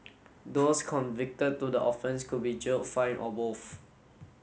those convicted to the offence could be jailed fined or both